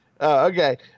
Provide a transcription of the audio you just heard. Okay